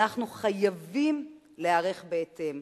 אנחנו חייבים להיערך בהתאם,